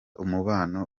umubano